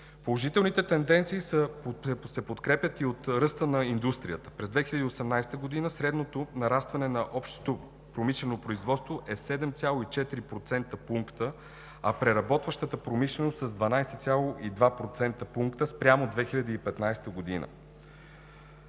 Положителните тенденции се подкрепят и от ръста на индустрията. През 2018 г. средното нарастване на общото промишлено производство е 7,4 процентни пункта, а на преработващата промишленост е с 12,2 процентни пункта спрямо 2015 г.